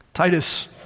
Titus